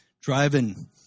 driving